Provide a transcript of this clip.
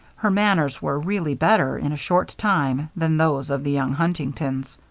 her manners were really better, in a short time, than those of the young huntingtons.